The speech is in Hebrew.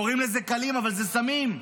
קוראים לזה קלים, אבל זה סמים.